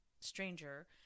stranger